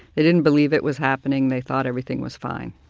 they didn't believe it was happening, they thought everything was fine.